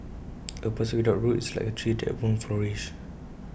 A person without roots is like A tree that won't flourish